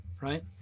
right